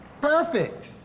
Perfect